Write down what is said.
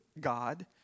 God